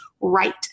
right